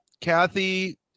Kathy